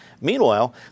Meanwhile